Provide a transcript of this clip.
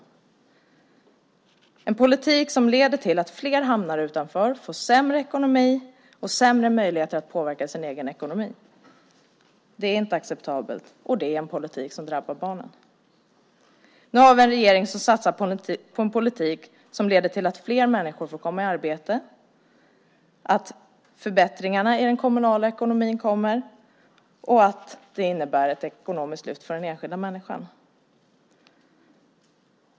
Det är en politik som har lett till att fler har hamnat utanför, fått sämre ekonomi och sämre möjligheter att påverka sin egen ekonomi. Det är inte acceptabelt, och det är en politik som har drabbat barnen. Nu har vi en regering som satsar på en politik som leder till att fler människor får komma i arbete, att det blir förbättringar i den kommunala ekonomin och att det blir ett ekonomiskt lyft för den enskilda människan.